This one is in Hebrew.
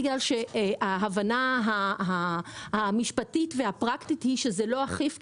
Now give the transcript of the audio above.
בגלל ההבנה המשפטית והפרקטית שזה לא אכיף,